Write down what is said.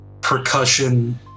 percussion